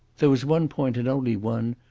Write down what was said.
there was one point, and only one,